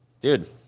Dude